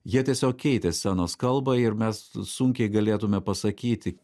jie tiesiog keitė scenos kalbą ir mes sunkiai galėtume pasakyti